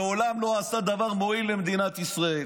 מעולם לא עשה דבר מועיל למדינת ישראל.